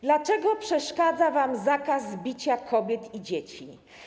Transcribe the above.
Dlaczego przeszkadza wam zakaz bicia kobiet i dzieci?